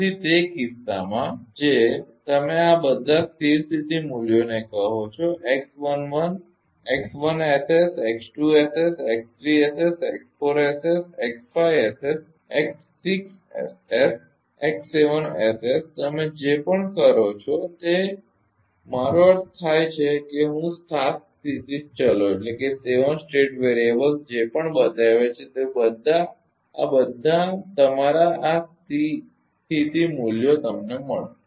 તેથી તે કિસ્સામાં જે તમે આ બધા સ્થિર સ્થિતી મૂલ્યોને કહો છોતમે જે કંઈપણ કરો છો તે મારો અર્થ થાય છે હું સાત સ્થિતી ચલો જે પણ બતાવ્યા છે તે બધા આ બધા તમારા આ સ્થિર સ્થિતી મૂલ્યો તમને મળશે